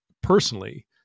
personally